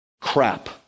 crap